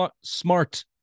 smart